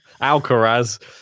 Alcaraz